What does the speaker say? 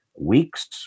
Weeks